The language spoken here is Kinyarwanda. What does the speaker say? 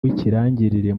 w’ikirangirire